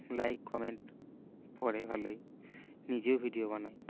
like comment পড়ে ভালোই নিজেও ভিডিও বানাই